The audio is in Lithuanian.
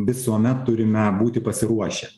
visuomet turime būti pasiruošę